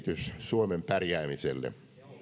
suomen pärjäämiselle